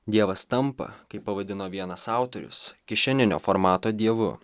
dievas tampa kaip pavadino vienas autorius kišeninio formato dievu